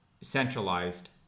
centralized